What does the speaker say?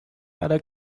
other